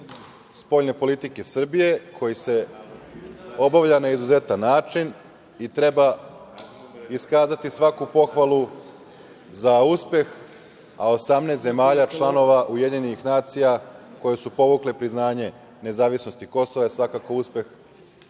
spoljne politike Srbije koji se obavlja na izuzetan način i treba iskazati svaku pohvalu za uspeh, a 18 zemalja članova UN koje su povukle priznanje nezavisnosti Kosova je svakako uspeh